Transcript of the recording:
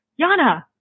Yana